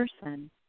person